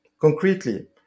concretely